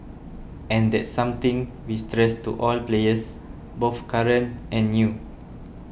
and that's something we stress to all players both current and new